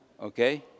Okay